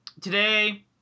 today